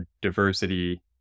diversity